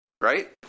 right